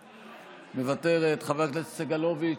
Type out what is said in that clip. מוותרת, חבר הכנסת סגלוביץ'